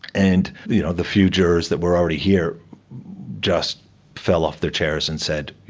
and the you know the few jurors that were already here just fell off their chairs and said,